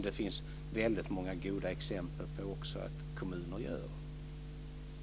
Det finns väldigt många goda exempel på att kommuner gör detta också.